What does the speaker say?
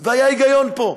והיה היגיון פה.